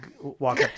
walk